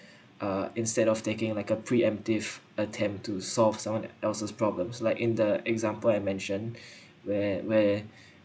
uh instead of taking like a pre emptive attempt to solve someone else's problems like in the example I mention where where